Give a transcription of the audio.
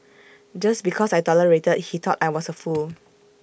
just because I tolerated he thought I was A fool